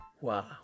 Wow